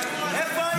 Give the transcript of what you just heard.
--- איפה הייתם?